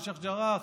ושייח' ג'ראח,